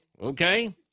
Okay